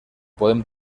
podem